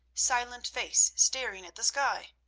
silent face staring at the sky.